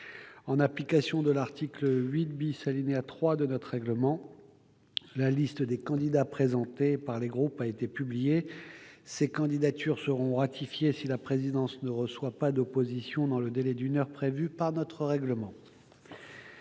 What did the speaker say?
En application de l'article 8, alinéa 3, de notre règlement, la liste des candidats présentés par les groupes a été publiée. Ces candidatures seront ratifiées si la présidence ne reçoit pas d'opposition dans le délai d'une heure prévu par notre règlement.